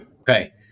Okay